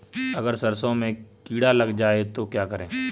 अगर सरसों में कीड़ा लग जाए तो क्या करें?